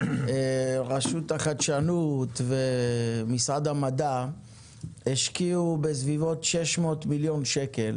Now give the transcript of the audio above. רשות החדשנות ומשרד המדע השקיעו בסביבות שש מאות מיליון שקל